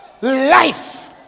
Life